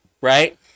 right